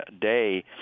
day